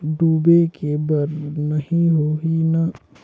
डूबे के बर नहीं होही न?